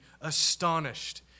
astonished